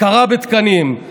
הכרה בתקנים,